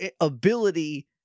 ability